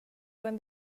when